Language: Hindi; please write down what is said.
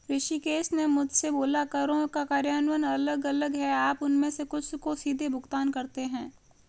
ऋषिकेश ने मुझसे बोला करों का कार्यान्वयन अलग अलग है आप उनमें से कुछ को सीधे भुगतान करते हैं